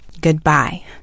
Goodbye